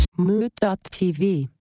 Mood.tv